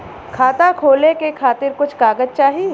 खाता खोले के खातिर कुछ कागज चाही?